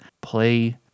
play